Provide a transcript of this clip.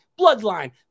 bloodline